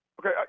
Okay